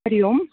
Hari Om